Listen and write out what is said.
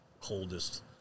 coldest